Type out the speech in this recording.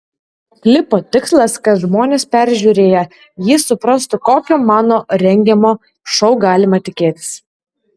klipo tikslas kad žmonės peržiūrėję jį suprastų kokio mano rengiamo šou galima tikėtis